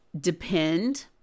depend